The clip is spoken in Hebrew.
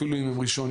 אפילו אם הן ראשוניות,